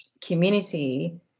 community